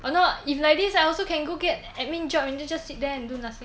a lot if like this I also can go get admin job and then just sit there and do nothing